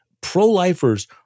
pro-lifers